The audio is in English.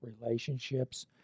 relationships